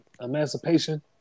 emancipation